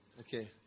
Okay